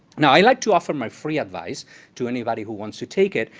now i like to offer my free advice to anybody who wants to take it,